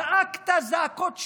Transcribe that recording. זעקת זעקות שבר,